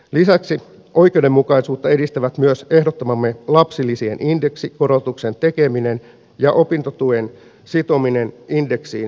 lisäksi oikeudenmukaisuutta edistävät myös ehdottamamme lapsilisien indeksikorotuksen tekeminen ja opintotuen sitominen indeksiin jo ensi vuonna